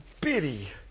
bitty